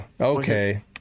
okay